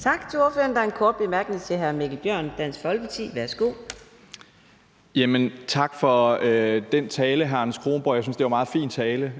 Tak til ordføreren. Der er en kort bemærkning til hr. Mikkel Bjørn, Dansk Folkeparti. Værsgo. Kl. 10:12 Mikkel Bjørn (DF): Tak for den tale, hr. Anders Kronborg. Jeg synes, det var en meget fin tale,